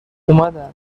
اومدن